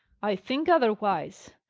i think otherwise.